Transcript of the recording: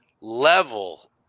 level